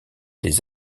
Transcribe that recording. des